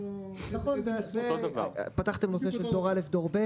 מה השלמת עד עכשיו?